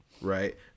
right